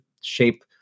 shape